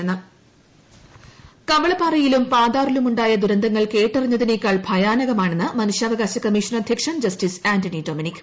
മനുഷ്യാവകാശ കമ്മീഷൻ കവളപ്പാറയിലും പതാറിലുമുണ്ടായ ദുരന്തങ്ങൾ കേട്ടറിഞ്ഞതിനേക്കാൾ ഭയാനകമാണെന്ന് മനുഷ്യാവകാശ കമ്മീഷൻ അദ്ധ്യക്ഷൻ ജസ്റ്റിസ് ആന്റണി ഡൊമിനിക്ക്